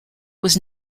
was